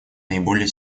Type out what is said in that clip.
наиболее